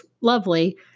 lovely